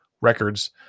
records